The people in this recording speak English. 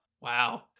wow